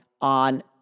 on